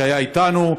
שהיה איתנו,